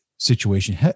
situation